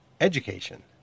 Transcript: Education